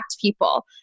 people